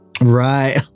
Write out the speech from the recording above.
Right